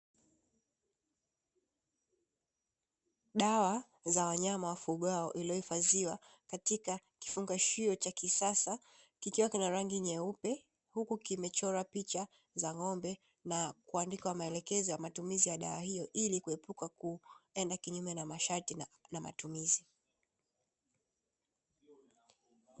Dawa za wanyama wafugWao iliyohifadhiwa katika kifungashio cha kisasa kikiwa kina rangi nyeupe huku kimechora picha za ng'ombe na kuandika maelekezo ya matumizi ya dawa hiyo ili kuepuka kuenda kinyume na masharti na matumizi.